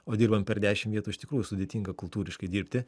o dirbant per dešim vietų iš tikrųjų sudėtinga kultūriškai dirbti